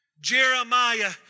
Jeremiah